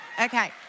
Okay